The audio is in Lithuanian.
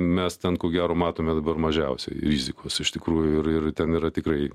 mes ten ko gero matome dabar mažiausiai rizikos iš tikrųjų ir ir ten yra tikrai